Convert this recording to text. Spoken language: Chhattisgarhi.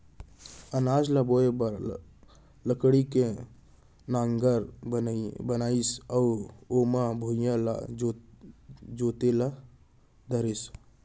अनाज ल बोए बर लकड़ी के नांगर बनाइस अउ ओमा भुइयॉं ल जोते ल धरिस